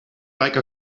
like